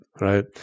right